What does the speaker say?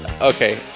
Okay